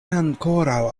ankoraŭ